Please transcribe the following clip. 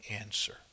answer